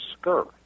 skirt